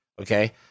Okay